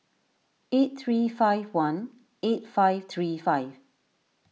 eight three five one eight five three five